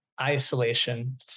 isolation